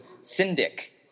Syndic